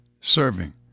serving